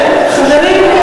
חברים,